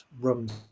rooms